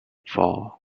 four